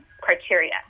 criteria